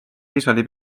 iisraeli